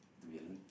to be alone